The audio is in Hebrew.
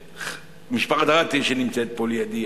משפחת רצין שנמצאת פה לידי,